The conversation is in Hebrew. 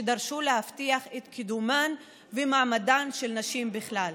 שדרשו להבטיח את קידומן ומעמדן של נשים בכלל,